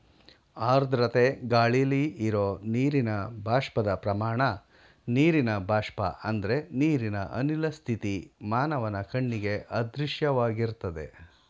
ಆರ್ದ್ರತೆ ಗಾಳಿಲಿ ಇರೋ ನೀರಿನ ಬಾಷ್ಪದ ಪ್ರಮಾಣ ನೀರಿನ ಬಾಷ್ಪ ಅಂದ್ರೆ ನೀರಿನ ಅನಿಲ ಸ್ಥಿತಿ ಮಾನವನ ಕಣ್ಣಿಗೆ ಅದೃಶ್ಯವಾಗಿರ್ತದೆ